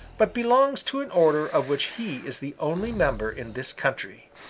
but belongs to an order of which he is the only member in this country.